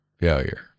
failure